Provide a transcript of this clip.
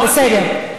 בסדר.